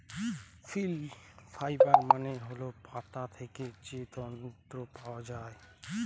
leaf fibre মানে হল পাতা থেকে যে তন্তু পাওয়া যায়